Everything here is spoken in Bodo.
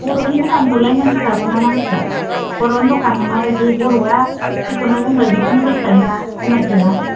बर'नि दखानखौलाय मोनथिखागौना मानसिफ्रा बर'नि दखाना माबादि बर'या जेखौनो बुंबाय बेखौनो होखायो खमाय खाया